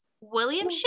William